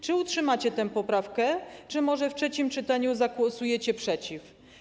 Czy utrzymacie tę poprawkę, czy może w trzecim czytaniu zagłosujecie przeciw?